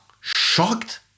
shocked